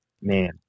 man